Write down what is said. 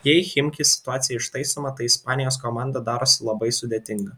jei chimki situacija ištaisoma tai ispanijos komanda darosi labai sudėtinga